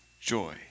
joy